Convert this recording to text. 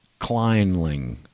Kleinling